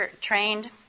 trained